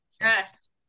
yes